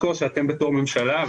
הוא שאל: